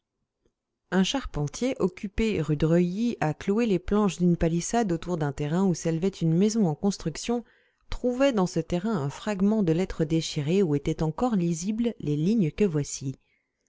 un charpentier occupé rue de reuilly à clouer les planches d'une palissade autour d'un terrain où s'élevait une maison en construction trouvait dans ce terrain un fragment de lettre déchirée où étaient encore lisibles les lignes que voici